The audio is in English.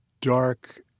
dark